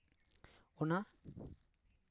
ᱚᱱᱟ